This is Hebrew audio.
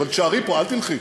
אבל תישארי פה, אל תלכי.